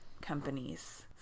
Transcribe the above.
companies